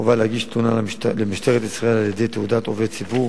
חובה להגיש תלונה למשטרת ישראל על-ידי תעודת עובד ציבור